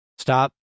Stop